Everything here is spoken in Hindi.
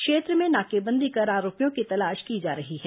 क्षेत्र में नाकेबंदी कर आरोपियों की तलाश की जा रही है